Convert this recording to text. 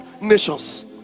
nations